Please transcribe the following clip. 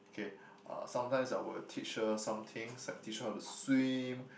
okay uh sometimes I would teach her some things like teach her how to swim